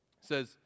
says